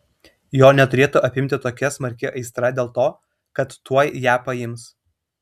jo neturėtų apimti tokia smarki aistra dėl to kad tuoj ją paims